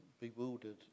bewildered